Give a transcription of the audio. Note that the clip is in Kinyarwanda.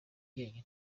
jyenyine